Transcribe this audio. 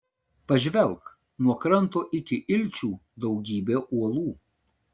pažvelk nuo kranto iki ilčių daugybė uolų